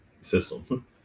system